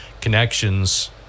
connections